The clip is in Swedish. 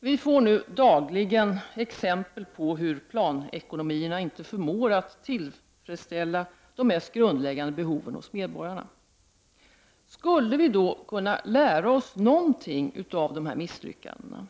Vi får nu dagligen exempel på hur planekonomierna inte förmår att tillfredsställa de mest grundläggande behoven hos medborgarna. Skulle vi kunna lära oss någonting av dessa misslyckanden?